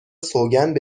سوگند